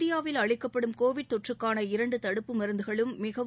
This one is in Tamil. இந்தியாவில் அளிக்கப்படும் கோவிட் தொற்றுக்கான இரண்டு தடுப்பு மருந்துகளும் மிகவும்